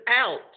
out